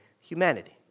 humanity